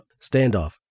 standoff